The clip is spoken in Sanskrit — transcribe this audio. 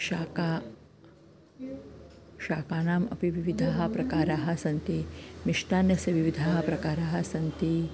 शाकाः शाकानाम् अपि विविधाः प्रकाराः सन्ति मिष्टान्यस्य विविधाः प्रकाराः सन्ति